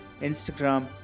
Instagram